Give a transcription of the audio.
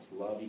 Love